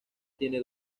tiene